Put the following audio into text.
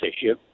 issue